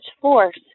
force